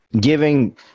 giving